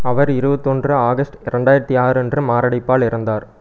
அவர் இருபத்தொன்று ஆகஸ்ட் ரெண்டாயிரத்து ஆறு அன்று மாரடைப்பால் இறந்தார்